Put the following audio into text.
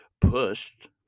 pushed